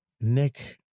Nick